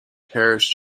parish